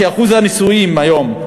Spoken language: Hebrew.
שאחוז הנישואים היום,